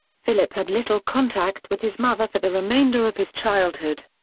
philip had little contact with his mother for the remainder of his childhood.